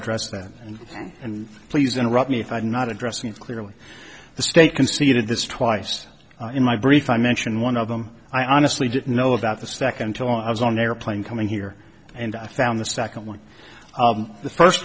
address that and please interrupt me if i did not address and clearly the state conceded this twice in my brief i mentioned one of them i honestly didn't know about the second till i was on an airplane coming here and i found the second one the first